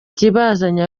ikibazanye